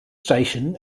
station